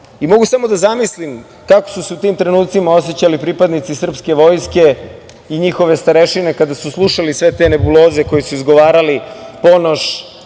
putem. Mogu samo da zamislim kako su se u tim trenucima osećali pripadnici srpske vojske i njihove starešine kada su slušali sve te nebuloze koje su izgovarali Ponoš,